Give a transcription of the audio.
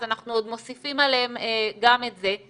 אז אנחנו עוד מוסיפים עליהם גם את זה.